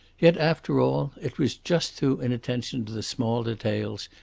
yet, after all, it was just through inattention to the small details,